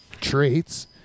traits